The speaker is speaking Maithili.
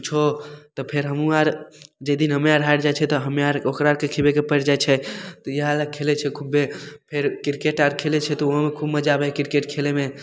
किछु तऽ फेर हमहूँ आर जाहि दिन हमे आर हारि जाइ छिए तऽ हम आरके ओकराके खिएबैके पड़ि जाइ छै तऽ इएहले खेलै छिए खुब्बै फेर किरकेट आर खेलै छिए तऽ ओहोमे खूब मजा आबै हइ किरकेट खेलैमे